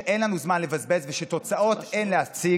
שאין לנו זמן לבזבז ושתוצאות אין להציג,